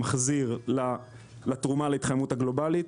מחזיר לתרומה להתחממות הגלובלית,